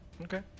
Okay